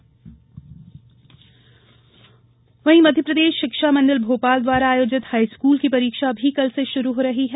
high school परीक्षा मध्यप्रदेश शिक्षा मंडल भोपाल द्वारा आयोजित हाईस्कूल की परीक्षा कल से शुरू हो रही हैं